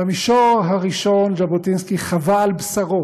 במישור הראשון ז'בוטינסקי חווה על בשרו